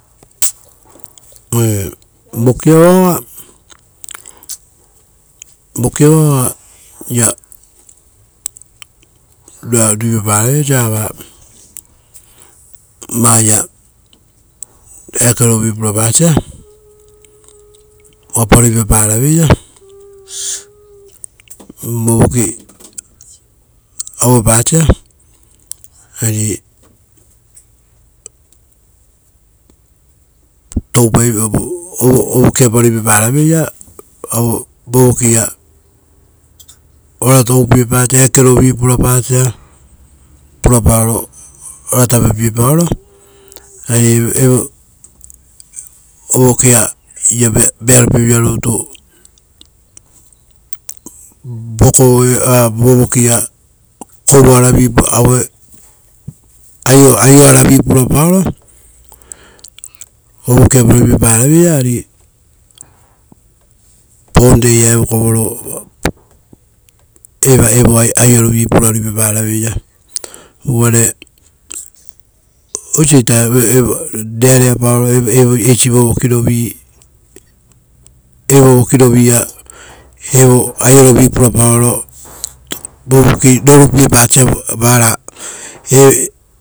Oire, vokia vao oa voka vao oaia pa ruipapa reveira oiso ra vaia ekerovi purapasa, opa ruipapa raveira, ekero vi pura pasa. Opa ruipapa ravei ra, vovoki aue pasa, ari toupaivo ovokia pa ruipapa raivera, vovokia ora tupiepasa vovokia ora toupee pasa, eakerovi purapasa, pura paoro ora tapepie paoro, ari ovokia- ovokia ia vearo pie vira rutu vovoki a kovoa ravii aue aio aravi pura paoro, ovokia pa ruipapa raveira, ari ponde ia evo kovoro evo aio ro vii pura ruipapa raveira. Uvare oiso ita evo- rearea paoro eisi vovkirovii, evo vokirovia evo aio rovi purapaoro vovoki rorupie pasa vara